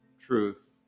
truth